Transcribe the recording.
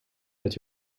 that